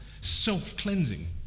self-cleansing